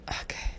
Okay